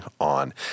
on